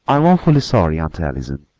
i'm awfully sorry, aunt allison!